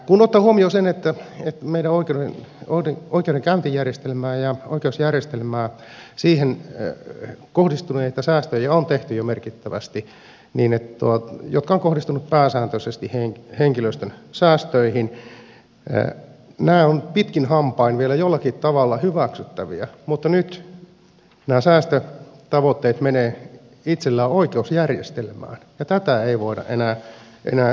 kun ottaa huomioon sen että on tehty jo merkittävästi meidän oikeudenkäyntijärjestelmäämme ja oikeusjärjestelmäämme kohdistuneita säästöjä jotka ovat kohdistuneet pääsääntöisesti henkilöstöön nämä on pitkin hampain vielä jollakin tavalla hyväksyttäviä mutta nyt nämä säästötavoitteet menevät itsellään oikeusjärjestelmään ja tätä ei voida enää hyväksyä